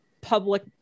public